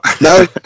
No